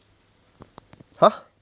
!huh!